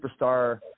superstar